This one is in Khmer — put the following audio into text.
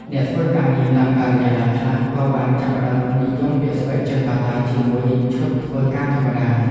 អ្នកធ្វើការងារតាមការិយាល័យខ្លះក៏បានចាប់ផ្តើមនិយមពាក់ស្បែកជើងប៉ាតាជាមួយឈុតធ្វើការធម្មតា។